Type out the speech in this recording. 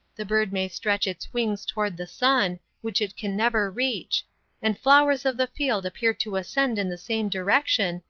the bird may stretch its wings toward the sun, which it can never reach and flowers of the field appear to ascend in the same direction,